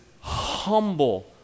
humble